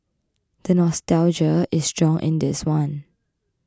the nostalgia is strong in this one